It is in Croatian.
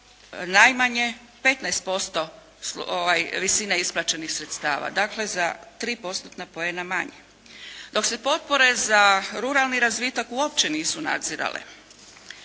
najmanje 15% visine isplaćenih sredstava. Dakle, za 3%-tna poena manje, dok se potpore za ruralni razvitak uopće nisu nadzirale.